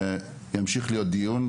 שיימשך דיון בנושא הזה.